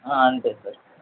అంతే సార్